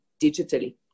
digitally